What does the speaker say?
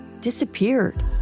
disappeared